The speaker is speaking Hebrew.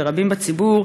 ורבים בציבור,